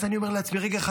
אז אני אומר לעצמי: רגע אחד,